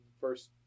first